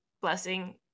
blessing